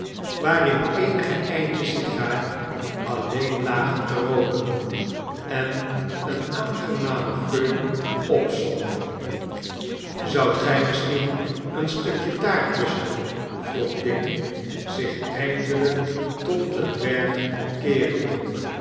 waarin eenige eindjes cigaar alleen lagen te rooken en een aangenamen geur opzonden zoudt gij misschien een stukje taart lusten vroeg dick zich eindelijk tot den dwerg keerende